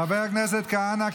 חבר הכנסת כהנא.